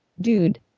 Dude